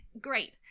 great